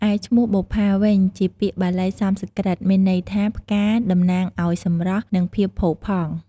ឯឈ្មោះបុប្ផាវិញ ជាពាក្យបាលីសំស្ក្រឹត មានន័យថា ផ្កា តំណាងឲ្យសម្រស់ និងភាពផូរផង់។